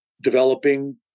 developing